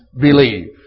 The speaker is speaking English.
believe